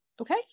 Okay